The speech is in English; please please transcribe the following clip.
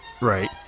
Right